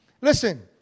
Listen